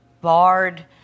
barred